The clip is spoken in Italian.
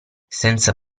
senza